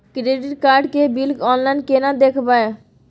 Credit card के bill online केना देखबय?